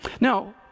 Now